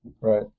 Right